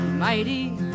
Mighty